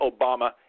Obama